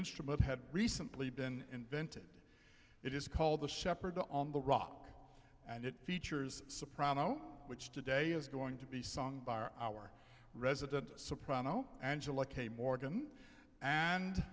instrument had recently been invented it is called the shepherd on the rock and it features a soprano which today is going to be sung by our resident soprano angela k morgan and